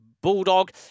bulldog